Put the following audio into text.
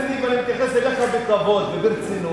בגלל שהנושא רציני ואני מתייחס אליך בכבוד וברצינות,